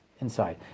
inside